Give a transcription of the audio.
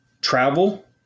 travel